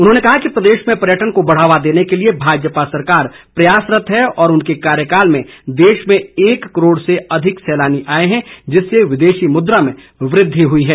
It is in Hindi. उन्होंने कहा कि प्रदेश में पर्यटन को बढ़ावा देने के लिए भाजपा सरकार प्रयासरत है और उनके कार्यकाल में देश में एक करोड़ अधिक सैलानी आए जिससे विदेशी मुद्रा में वृद्वि हुई है